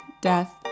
death